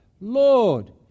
Lord